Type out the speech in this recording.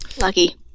lucky